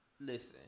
Listen